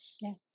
Yes